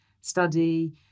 study